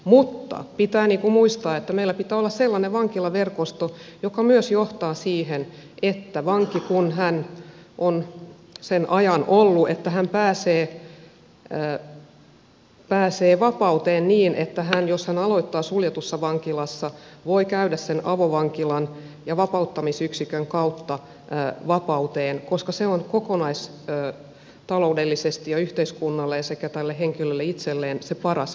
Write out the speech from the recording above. mutta pitää muistaa että meillä pitää olla sellainen vankilaverkosto joka myös johtaa siihen että kun vanki on sen ajan ollut että hän pääsee vapauteen niin hän voi jos hän aloittaa suljetussa vankilassa käydä sen avovankilan ja vapauttamisyksikön kautta vapauteen koska se on kokonaistaloudellisesti ja yhteiskunnalle sekä tälle henkilölle itselleen se paras vaihtoehto